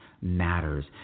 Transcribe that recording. matters